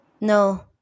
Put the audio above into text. No